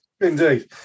Indeed